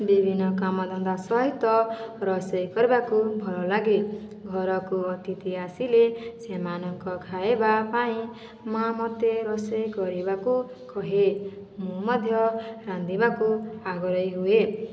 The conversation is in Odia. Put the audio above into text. ବିଭିନ୍ନ କାମଧନ୍ଦା ସହିତ ରୋଷେଇ କରିବାକୁ ଭଲ ଲାଗେ ଘରକୁ ଅତିଥି ଆସିଲେ ସେମାନଙ୍କ ଖାଇବା ପାଇଁ ମା ମୋତେ ରୋଷେଇ କରିବାକୁ କୁହେ ମୁଁ ମଧ୍ୟ ରାନ୍ଧିବାକୁ ଆଗ୍ରହି ହୁଏ